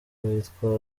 witwa